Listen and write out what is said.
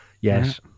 yes